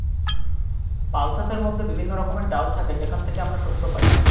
পালসেসের মধ্যে বিভিন্ন রকমের ডাল থাকে যেখান থেকে আমরা শস্য পাই